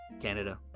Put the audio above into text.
Canada